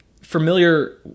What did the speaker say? familiar